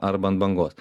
arba ant bangos